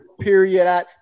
Period